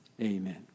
Amen